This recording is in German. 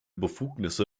befugnisse